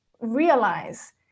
realize